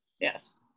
Yes